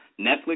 Netflix